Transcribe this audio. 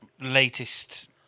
latest